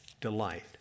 delight